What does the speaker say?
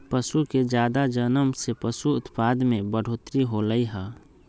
पशु के जादा जनम से पशु उत्पाद में बढ़ोतरी होलई ह